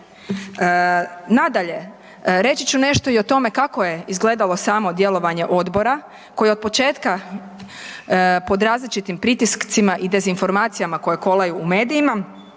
Nadalje, reći ću nešto i o tome kako je izgledalo samo djelovanje Odbora koje je od početka pod različitim pritiscima i dezinformacijama koje kolaju u medijima,